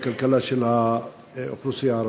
בכלכלה של האוכלוסייה הערבית.